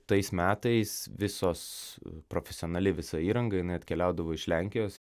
tais metais visos profesionali visa įranga atkeliaudavo iš lenkijos